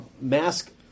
mask